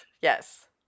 yes